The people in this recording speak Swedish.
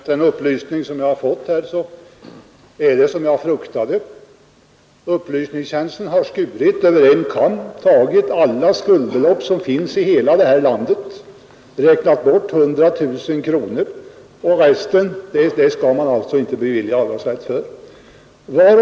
Herr talman! Den upplysning som vi nu fått ger mig klarhet i det som jag fruktade. Upplysningstjänsten har skurit allt över en kam, tagit alla skuldbelopp som finns i hela landet och räknat 100 000 kronor som grundbelopp. Resten skall man alltså inte bevilja avdrag för.